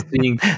seeing